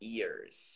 ears